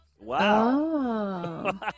Wow